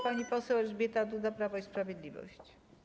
Pani poseł Elżbieta Duda, Prawo i Sprawiedliwość.